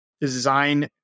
design